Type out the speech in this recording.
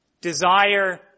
desire